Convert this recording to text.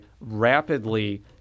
rapidly